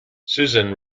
susan